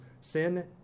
sin